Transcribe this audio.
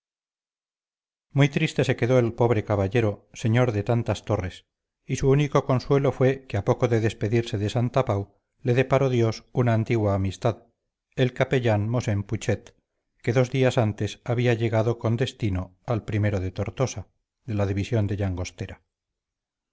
muy triste se quedó el pobre caballero señor de tantas torres y su único consuelo fue que a poco de despedirse de santapau le deparó dios una antigua amistad el capellán mosén putxet que dos días antes había llegado con destino al o de tortosa de la división de